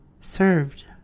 served